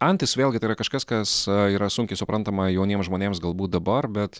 antis vėlgi tai yra kažkas kas yra sunkiai suprantama jauniem žmonėms galbūt dabar bet